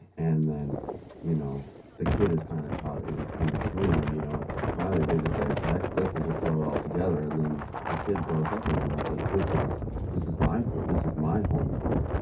and then you know the kid is kind of caught in in between. and you know and finally they just say, to like with this, and they just throw it all together. and then the kid grows up with it and says, this is this is my food, this is my home food.